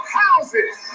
houses